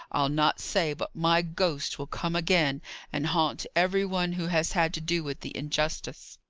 i'll not say but my ghost will come again and haunt every one who has had to do with the injustice.